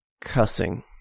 cussing